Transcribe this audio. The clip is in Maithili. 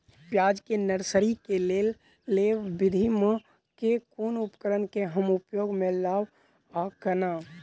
प्याज केँ नर्सरी केँ लेल लेव विधि म केँ कुन उपकरण केँ हम उपयोग म लाब आ केना?